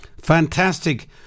fantastic